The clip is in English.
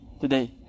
today